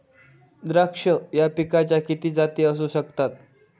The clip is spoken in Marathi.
द्राक्ष या पिकाच्या किती जाती असू शकतात?